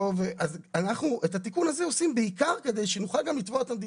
אז את התיקון הזה אנחנו עושים בעיקר כדי שנוכל גם לתבוע את המדינה.